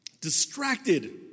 Distracted